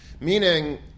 Meaning